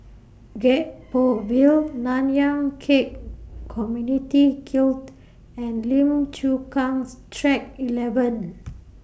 Gek Poh Ville Nanyang Khek Community Guild and Lim Chu Kang's Track eleven